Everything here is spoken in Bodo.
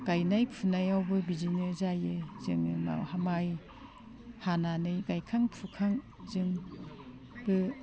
गायनाय फुनायावबो बिदिनो जायो जोङो मावहा माइ हानानै गायखां फुखां जोंबो